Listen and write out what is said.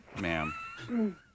ma'am